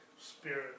Spirit